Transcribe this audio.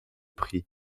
prix